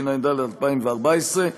התשע"ד 2014,